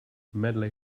medley